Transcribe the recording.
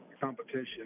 competition